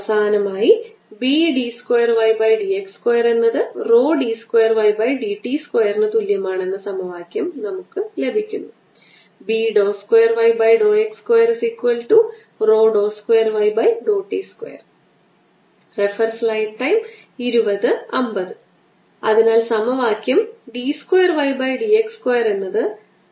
ds|outersurface4πCe λRdR4πCe λRe λdR4πCe λR1 λdR 4πCλe λRdR പ്രശ്ന number 9 E electric ഫീൽഡിനായുള്ള charge density rho r e raise to minus lambda R over R cubed vector R Gauss ന്റെസി നിയമപ്രകാരം charge density കണ്ടെത്താൻ നമ്മൾ ആഗ്രഹിക്കുന്നു